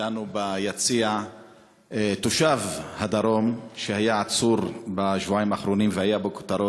אתנו ביציע תושב הדרום שהיה עצור בשבועיים האחרונים והיה בכותרות,